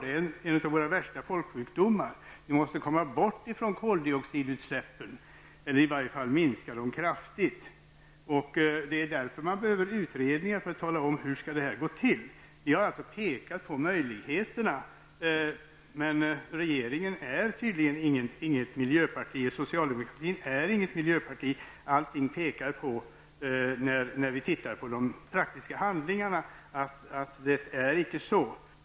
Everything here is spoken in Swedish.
Trafikskadorna är en av våra värsta folksjukdomar. Koldioxidutsläppen måste minska kraftigt. Det behövs därför utredningar som tar reda på hur det skall gå till. Jag har alltså pekat på möjligheterna, men socialdemokratin är tydligen inte något miljöparti. När man ser till de praktiska handlingarna, finner man att det inte förhåller sig så.